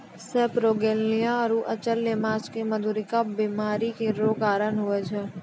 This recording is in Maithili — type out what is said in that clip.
सेपरोगेलनिया आरु अचल्य माछ मे मधुरिका बीमारी रो कारण हुवै छै